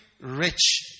rich